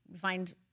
find